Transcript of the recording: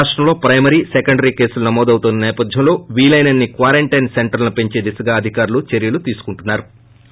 రాష్టంలో primary secondary కేసులు నమోదవుతున్న సేపథ్యంలో వీలైనన్ని క్వారంటైన్ సెంటర్లను పెంచే దిశగా అధికారులు చర్యలు తీసు కుంటున్నారు